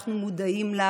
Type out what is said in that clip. שאנחנו מודעים לה,